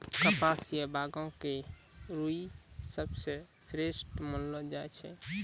कपास या बांगो के रूई सबसं श्रेष्ठ मानलो जाय छै